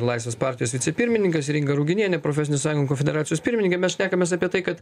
laisvės partijos vicepirmininkas ir inga ruginienė profesinių sąjungų federacijos pirmininkė mes šnekamės apie tai kad